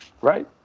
Right